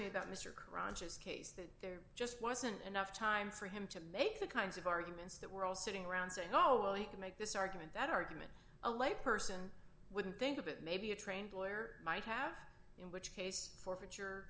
me about mr cruncher this case that there just wasn't enough time for him to make the kinds of arguments that we're all sitting around saying oh you can make this argument that argument a white person wouldn't think of it maybe a trained lawyer might have in which case forfeit